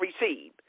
receive